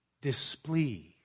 Displeased